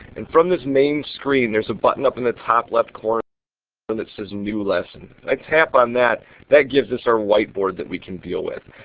and from this main screen there is a button up in the top left corner and that says new lesson. i tap on that that gives us our whiteboard that we can deal with.